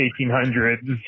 1800s